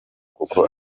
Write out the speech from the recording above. kuko